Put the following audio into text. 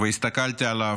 והסתכלתי עליו.